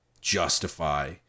justify